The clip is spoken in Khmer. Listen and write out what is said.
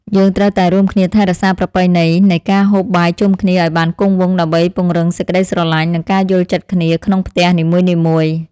យើងត្រូវតែរួមគ្នាថែរក្សាប្រពៃណីនៃការហូបបាយជុំគ្នាឲ្យបានគង់វង្សដើម្បីពង្រឹងសេចក្តីស្រលាញ់និងការយល់ចិត្តគ្នាក្នុងផ្ទះនីមួយៗ។